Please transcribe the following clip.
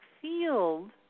field